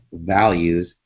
values